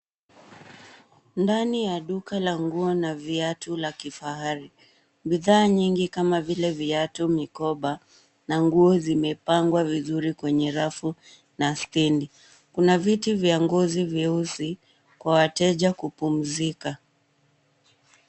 Ndani ya duka la nguo na viatu la kifahari. Bidhaa nyingi kama vile viatu, mikoba na nguo zimepangwa vizuri kwenye rafu na stendi. Kuna viti vya ngozi vyeusi kwa wateja kupumzika.